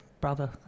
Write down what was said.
brother